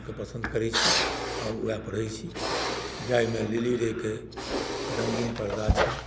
केँ पसन्द करैत छी आओर उएह पढ़ैत छी जाहिमे लिली रेके रङ्गीन पर्दा छनि